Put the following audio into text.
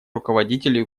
руководителей